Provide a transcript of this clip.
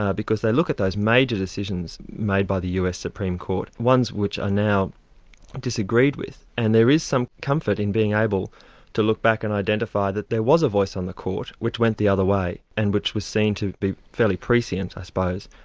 ah because they look at those major decisions made by the us supreme court, ones which are now disagreed with, and there is some comfort in being able to look back and identify that there was a voice on the court which went the other way, and which was seen to be fairly prescient i suppose,